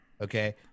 Okay